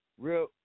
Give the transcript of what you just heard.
Real